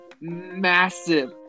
massive